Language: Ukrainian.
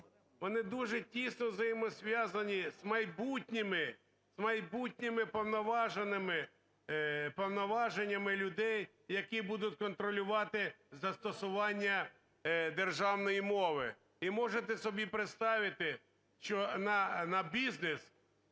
вони дуже тісно взаємозв'язані з майбутніми повноваженнями людей, які будуть контролювати застосування державної мови. І можете собі представити, що на бізнес